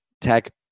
Tech